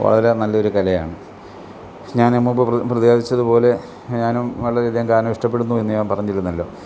വളരെ നല്ലൊരു കലയാണ് പക്ഷേ ഞാന് മുമ്പ് പ്ര പ്രതീകരിച്ചത് പോലെ ഞാനും വളരെയധികം ഗാനം ഇഷ്ടപെടുന്നു എന്ന് ഞാൻ പറഞ്ഞിരുന്നല്ലോ